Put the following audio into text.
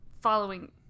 following